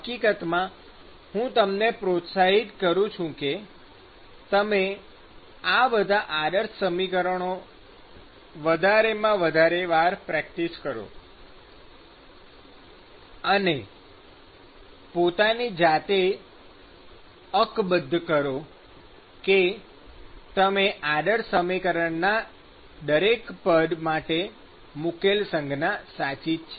હકીકતમાં હું તમને પ્રોત્સાહિત કરું છુ કે તમે આ બધા આદર્શ સમીકરણો વધારેમાં વધારે વાર પ્રેક્ટિસ કરો અને પોતાની જાતને અકબદ્ધ કરો કે તમે આદર્શ સમીકરણના દરેક પદ માટે મુકેલ સંજ્ઞા સાચી જ છે